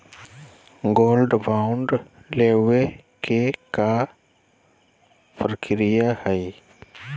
Gold bond लेवे के का प्रक्रिया हई?